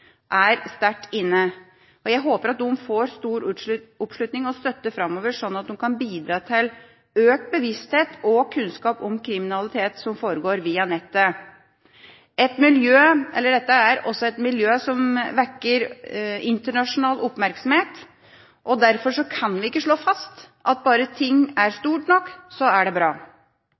er sterkt inne. Jeg håper at de får stor oppslutning og støtte framover, slik at de kan bidra til økt bevissthet og kunnskap om kriminalitet som foregår via nettet. Dette er også et miljø som vekker internasjonal oppmerksomhet, og derfor kan vi ikke slå fast at bare ting er stort nok, så er det bra.